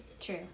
true